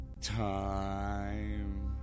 Time